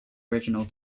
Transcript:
original